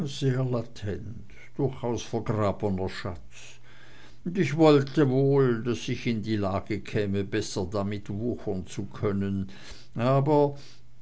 latent durchaus vergrabner schatz und ich wollte wohl daß ich in die lage käme besser damit wuchern zu können aber